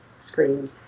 screen